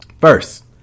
First